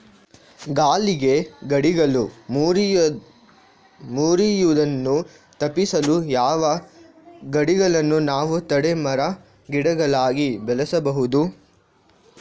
ಗಾಳಿಗೆ ಗಿಡಗಳು ಮುರಿಯುದನ್ನು ತಪಿಸಲು ಯಾವ ಗಿಡಗಳನ್ನು ನಾವು ತಡೆ ಮರ, ಗಿಡಗಳಾಗಿ ಬೆಳಸಬಹುದು?